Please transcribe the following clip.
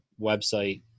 website